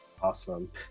awesome